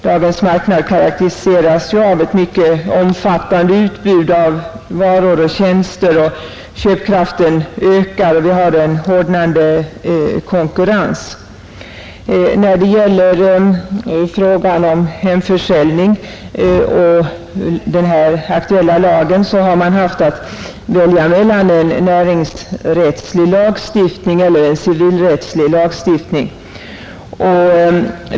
Dagens marknad karakteriseras ju av ett mycket omfattande utbud av varor och tjänster, och köpkraften ökar, Vi har en hårdnande konkurrens. När det gäller frågan om hemförsäljning och den aktuella lagen har man haft att välja mellan en näringsrättslig lagstiftning eller en civilrättslig lagstiftning.